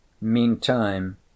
Meantime